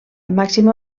màxima